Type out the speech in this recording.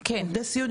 כן.